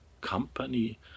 company